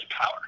power